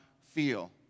feel